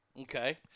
Okay